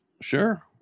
Sure